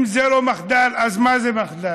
אם זה לא מחדל, אז מה זה מחדל?